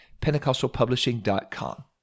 Pentecostalpublishing.com